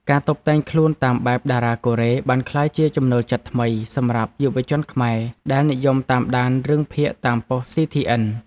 ការតុបតែងខ្លួនតាមបែបតារាកូរ៉េបានក្លាយជាចំណូលចិត្តថ្មីសម្រាប់យុវជនខ្មែរដែលនិយមតាមដានរឿងភាគតាមប៉ុស្តិ៍ស៊ីធីអិន។